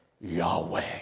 Yahweh